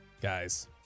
guys